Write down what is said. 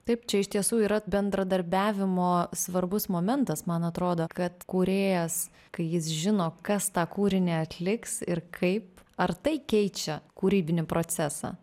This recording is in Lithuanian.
taip čia iš tiesų yra bendradarbiavimo svarbus momentas man atrodo kad kūrėjas kai jis žino kas tą kūrinį atliks ir kaip ar tai keičia kūrybinį procesą